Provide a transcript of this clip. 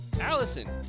Allison